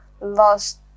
lost